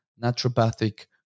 naturopathic